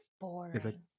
boring